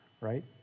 right